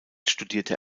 studierte